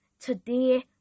today